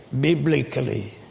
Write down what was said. biblically